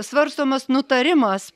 svarstomas nutarimas